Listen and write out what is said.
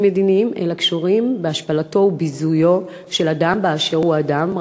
מדיניים אלא קשורים להשפלתו וביזויו של אדם באשר הוא אדם,